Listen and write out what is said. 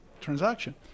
transaction